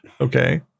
Okay